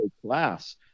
class